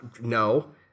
no